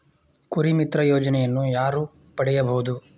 ಕುರಿಮಿತ್ರ ಯೋಜನೆಯನ್ನು ಯಾರು ಪಡೆಯಬಹುದು?